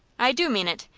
i do mean it,